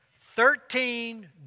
Thirteen